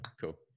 Cool